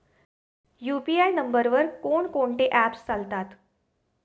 UPI नंबरवर कोण कोणते ऍप्स चालतात?